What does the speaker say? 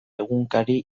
egunkari